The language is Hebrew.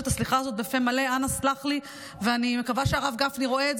לך וגם לרב גפני.